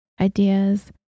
ideas